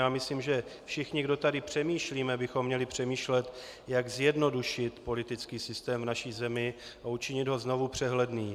A myslím, že všichni, kdo tady přemýšlíme, bychom měli přemýšlet, jak zjednodušit politický systém v naší zemi a učinit ho znovu přehledným.